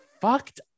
fucked